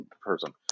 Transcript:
person